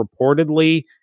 reportedly